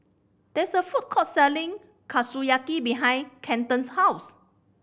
there is a food court selling Kushiyaki behind Kenton's house